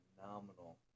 phenomenal